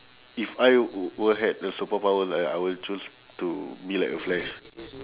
if I were had a superpower I I will choose to be like a flash